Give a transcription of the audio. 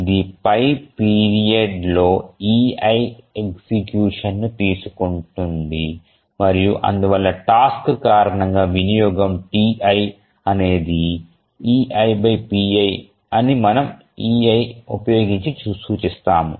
ఇది pi period లో ei execution ను తీసుకుంటుంది మరియు అందువల్ల టాస్క్ కారణంగా వినియోగం ti అనేది eipi అని మనము ey ఉపయోగించి సూచిస్తాము